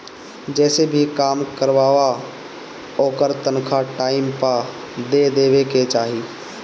जेसे भी काम करवावअ ओकर तनखा टाइम पअ दे देवे के चाही